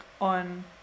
on